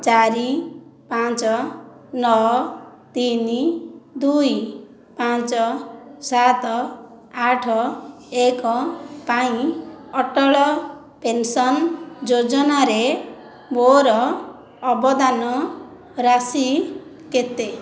ଚାରି ପାଞ୍ଚ ନଅ ତିନି ଦୁଇ ପାଞ୍ଚ ସାତ ଆଠ ଏକ ପାଇଁ ଅଟଳ ପେନ୍ସନ୍ ଯୋଜନାରେ ମୋର ଅବଦାନ ରାଶି କେତେ